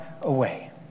away